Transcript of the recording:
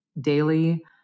daily